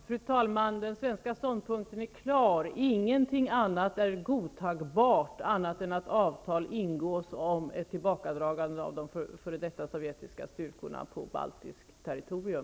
Fru talman! Den svenska ståndpunkten är klar. Ingenting annat är godtagbart än att avtal ingås om ett tillbakadragande av de f.d. sovjetiska styrkorna på baltiskt territorium.